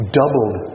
doubled